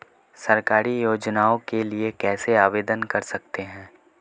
सरकारी योजनाओं के लिए कैसे आवेदन कर सकते हैं?